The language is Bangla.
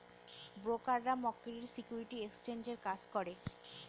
ব্রোকাররা মক্কেলের সিকিউরিটি এক্সচেঞ্জের কাজ করে